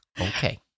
okay